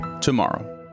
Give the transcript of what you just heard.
tomorrow